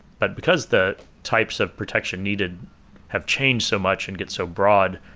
but because the types of protection needed have changed so much and get so broad,